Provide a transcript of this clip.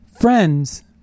friends